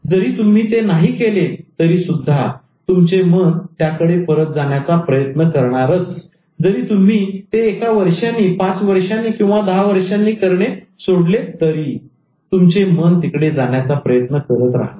जरी तुम्ही ते नाही केले तरी सुद्धा तुमचे मन त्याकडे परत जाण्याचा प्रयत्न करेल जरी तुम्ही ते एका वर्षांनी पाच वर्षांनी किंवा दहा वर्षांनी करणे सोडले तरी तुमचे मन तिकडे जाण्याचा प्रयत्न करत राहणार